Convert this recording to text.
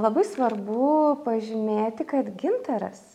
labai svarbu pažymėti kad gintaras